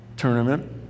tournament